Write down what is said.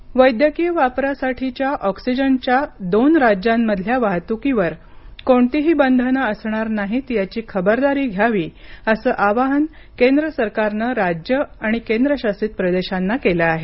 oxygen वैद्यकीय वापरासाठीच्या ऑक्सीजनच्या दोन राज्यांमधल्या वाहतूकीवर कोणतीही बंधनं असणार नाहीत याची खबरदारी घ्यावी असं आवाहन केंद्र सरकारनं राज्यं आणि केंद्रशासित प्रदेशांना केलं आहे